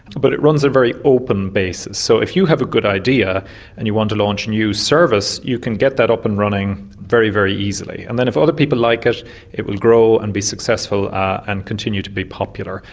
but it runs on a very open basis. so if you have a good idea and you want to launch a new service, you can get that up and running very, very easily. and then if other people like it, it will grow and be successful and continue to be popular.